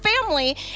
family